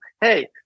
hey